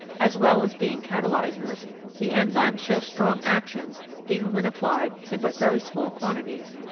as well as being catalysers the enzymes show strong actions even when applied in but very small quantities.